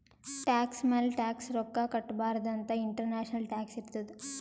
tax ಮ್ಯಾಲ tax ರೊಕ್ಕಾ ಕಟ್ಟಬಾರ್ದ ಅಂತ್ ಇಂಟರ್ನ್ಯಾಷನಲ್ ಟ್ಯಾಕ್ಸ್ ಇರ್ತುದ್